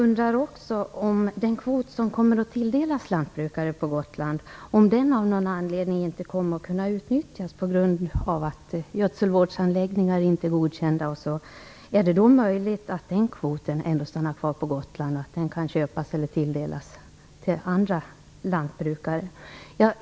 Fru talman! Om den kvot som kommer att tilldelas lantbrukare på Gotland av någon anledning inte kan utnyttjas på grund av att gödselvårdsanläggningar inte är godkända etc., är det då möjligt att denna kvot ändå blir kvar på Gotland och att den kan köpas av eller tilldelas till andra lantbrukare?